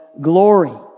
glory